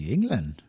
England